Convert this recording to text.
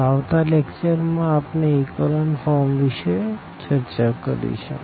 તો આવતા લેકચર માં આપણે ઇકોલન ફોર્મ વિષે ચર્ચા કરીશું